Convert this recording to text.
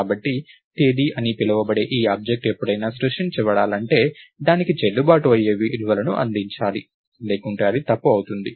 కాబట్టి తేదీ అని పిలువబడే ఈ ఆబ్జెక్ట్ ఎప్పుడైనా సృష్టించబడాలంటే దానికి చెల్లుబాటు అయ్యే విలువలను అందించాలి లేకుంటే అది తప్పు అవుతుంది